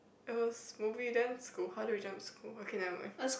I was movie then school how do we jump to school okay never mind